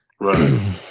right